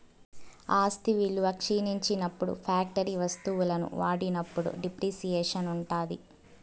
ఆస్తి విలువ క్షీణించినప్పుడు ఫ్యాక్టరీ వత్తువులను వాడినప్పుడు డిప్రిసియేషన్ ఉంటాది